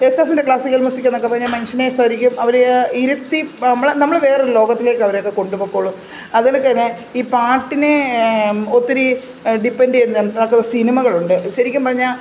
യേശുദാസിൻ്റെ classical music എന്നൊക്കെ പറഞ്ഞാൽ മനുഷ്യനെ ശരിക്കും അവർ ഇരുത്തി പ് നമ്മൾ നമ്മളെ വേറൊരു ലോകത്തിലേക്ക് അവരൊക്കെ കൊണ്ടുപോയിക്കോളും അതിലൊക്കെ തന്നെ ഈ പാട്ടിനെ ഒത്തിരി ഡിപെൻഡ് ചെയ്യുന്ന കണക്ക് സിനിമകളുണ്ട് ശരിക്കും പറഞ്ഞാൽ